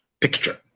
picture